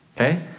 Okay